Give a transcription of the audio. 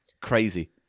Crazy